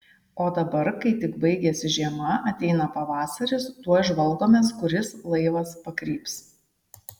o dabar kai tik baigiasi žiema ateina pavasaris tuoj žvalgomės kuris laivas pakryps